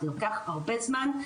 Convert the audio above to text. זה לוקח הרבה זמן,